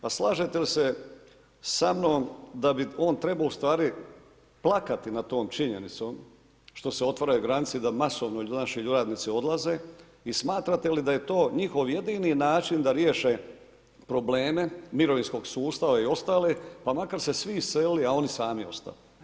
Pa slažete li se sa mnom da bi on trebao u stvari plakati nad tom činjenicom što se otvaraju granice i da masovno naši radnici odlaze i smatrate li da je njihov jedini način da riješe probleme mirovinskog sustava i ostale, pa makar se svi iselili, a oni sami ostali.